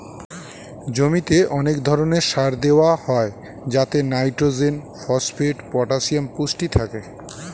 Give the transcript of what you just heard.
জমিতে অনেক ধরণের সার দেওয়া হয় যাতে নাইট্রোজেন, ফসফেট, পটাসিয়াম পুষ্টি থাকে